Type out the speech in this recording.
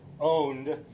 owned